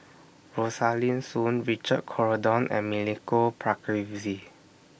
Rosaline Soon Richard Corridon and Milenko Prvacki